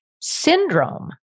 Syndrome